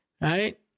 Right